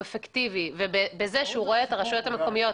אפקטיבי בזה שהוא רואה את הרשויות המקומיות